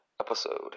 episode